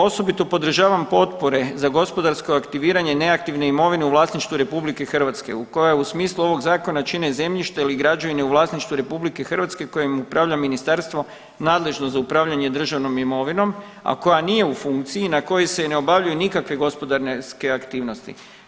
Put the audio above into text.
Osobito podržavam potpore za gospodarsko aktiviranje neaktivne imovine u vlasništvu RH koja u smislu ovog zakona čine zemljišta ili građevine u vlasništvu RH kojim upravlja ministarstvo nadležno za upravljanje državnom imovinom, a koja nije u funkciji i na kojoj se ne obavljaju nikakve gospodarske aktivnosti.